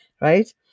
right